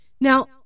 now